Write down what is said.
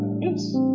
yes